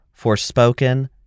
Forspoken